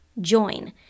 join